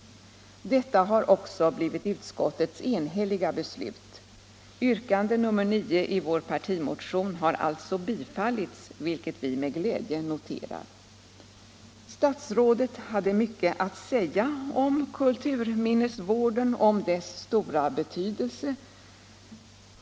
Detta har också blivit utskottets enhälliga beslut. Yrkande nr 9 i vår motion har alltså tillstyrkts, vilket vi med glädje noterar. Statsrådet hade mycket att säga om kulturminnesvården och om dess stora betydelse.